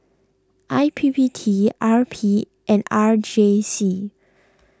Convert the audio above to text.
I P P T R P and R J C